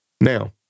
now